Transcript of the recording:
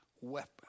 weapon